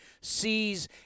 sees